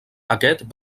aquest